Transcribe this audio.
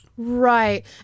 Right